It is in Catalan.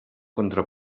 contra